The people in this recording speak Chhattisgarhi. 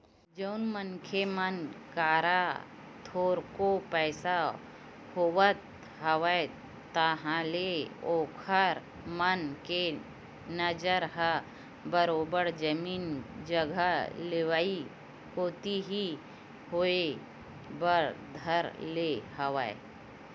जउन मनखे मन करा थोरको पइसा होवत हवय ताहले ओखर मन के नजर ह बरोबर जमीन जघा लेवई कोती ही होय बर धर ले हवय